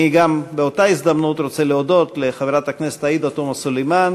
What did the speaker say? באותה הזדמנות אני גם רוצה להודות לחברת הכנסת עאידה תומא סלימאן,